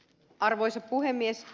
arvoisa puhemies